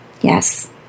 Yes